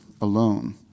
alone